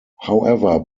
however